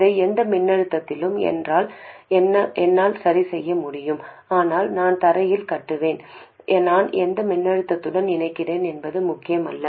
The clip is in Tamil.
இதை எந்த மின்னழுத்தத்திலும் என்னால் சரிசெய்ய முடியும் ஆனால் நான் தரையில் கட்டுவேன் நான் எந்த மின்னழுத்தத்துடன் இணைக்கிறேன் என்பது முக்கியமில்லை